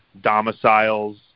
domiciles